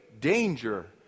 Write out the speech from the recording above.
danger